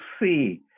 see